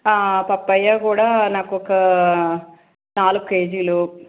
papaya కూడా నాకు ఒక నాలుగు కేజీలు